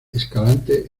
escalante